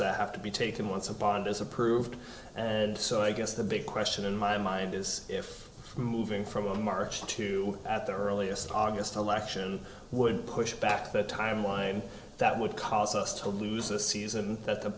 that have to be taken once a bond is approved and so i guess the big question in my mind is if moving from one march to at the earliest august election would push back the timeline that would cause us to lose a season that the